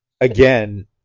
again